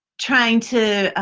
trying to